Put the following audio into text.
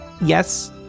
Yes